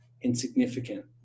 insignificant